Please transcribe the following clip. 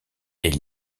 est